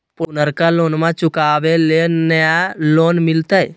पुर्नका लोनमा चुकाबे ले नया लोन मिलते?